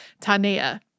Tanea